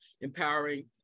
empowering